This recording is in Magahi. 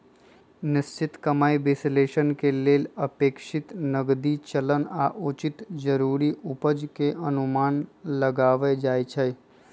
निश्चित कमाइ विश्लेषण के लेल अपेक्षित नकदी चलन आऽ उचित जरूरी उपज के अनुमान लगाएल जाइ छइ